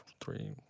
three